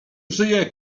żyje